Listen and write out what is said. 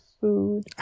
food